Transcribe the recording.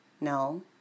no